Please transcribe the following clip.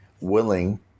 willing